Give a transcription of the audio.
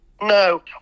No